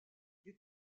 des